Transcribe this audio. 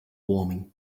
warming